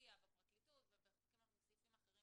מופיע בפרקליטות ובסעיפים אחרים